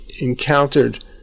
encountered